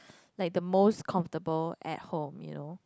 like the most comfortable at home you know